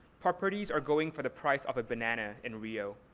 properties are going for the price of a banana in rio.